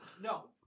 No